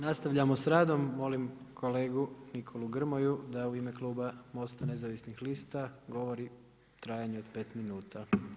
Nastavljamo s radom, molim kolegu Nikolu Grmoju da u ime kluba MOST-a nezavisnih lista govori u trajanju od 5 minuta.